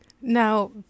Now